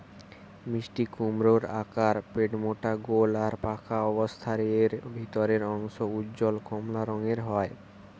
মিষ্টিকুমড়োর আকার পেটমোটা গোল আর পাকা অবস্থারে এর ভিতরের অংশ উজ্জ্বল কমলা রঙের হয়